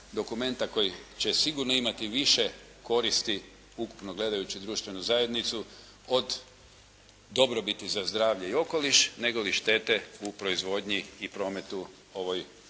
dokumenta koji će sigurno imati više koristi ukupno gledajući društvenu zajednicu od dobrobiti za zdravlje i okoliš, negoli štete u proizvodnji i prometu ovih